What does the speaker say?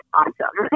awesome